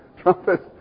trumpets